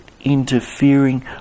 interfering